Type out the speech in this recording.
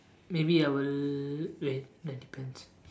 maybe I will wait that depends